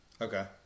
Okay